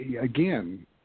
again